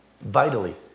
Vitally